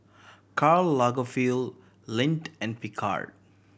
Karl Lagerfeld Lindt and Picard